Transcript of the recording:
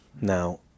Now